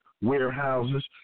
warehouses